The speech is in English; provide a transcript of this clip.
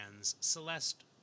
Celeste